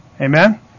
Amen